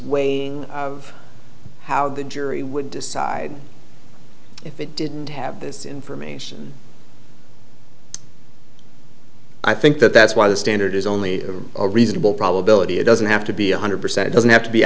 weighing of how the jury would decide if it didn't have this information i think that that's why the standard is only a reasonable probability it doesn't have to be one hundred percent doesn't have to be